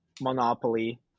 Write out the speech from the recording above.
Monopoly